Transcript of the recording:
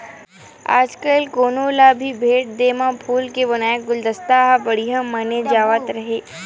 आजकाल कोनो ल भी भेट देय म फूल के बनाए गुलदस्ता ल बड़िहा माने जावत हे